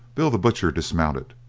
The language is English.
bill the butcher dismounted,